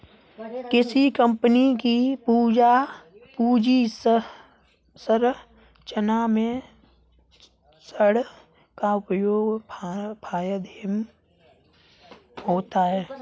किसी कंपनी की पूंजी संरचना में ऋण का उपयोग फायदेमंद होता है